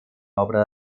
obra